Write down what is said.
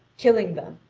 killing them,